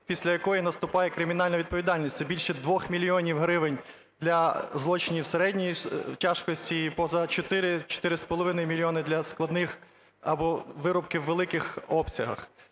після якої наступає кримінальна відповідальність: це більше 2 мільйонів гривень для злочинів середньої тяжкості і поза 4-4,5 мільйони – для складних або вирубки у великих обсягах.